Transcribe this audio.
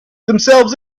themselves